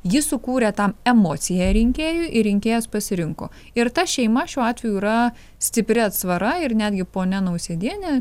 jis sukūrė tą emociją rinkėjui ir rinkėjas pasirinko ir ta šeima šiuo atveju yra stipri atsvara ir netgi ponia nausėdienė